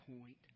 point